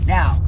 Now